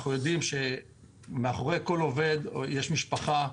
אנחנו יודעים שמאחורי כל עובד יש משפחה.